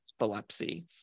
epilepsy